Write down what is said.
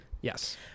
Yes